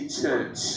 church